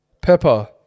pepper